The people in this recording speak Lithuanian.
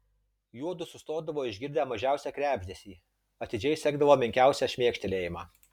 juodu sustodavo išgirdę mažiausią krebždesį atidžiai sekdavo menkiausią šmėkštelėjimą